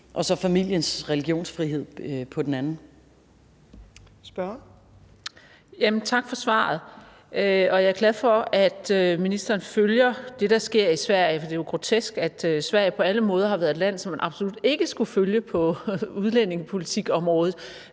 Torp): Spørgeren. Kl. 14:09 Marie Krarup (DF): Tak for svaret. Jeg er glad for, at ministeren følger det, der sker i Sverige, for det er jo grotesk, at Sverige på alle måder har været et land, som man absolut ikke skulle følge på udlændingepolitikområdet,